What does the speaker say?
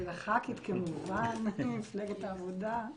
ולח"כית כמובן ממפלגת העבודה.